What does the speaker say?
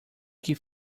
que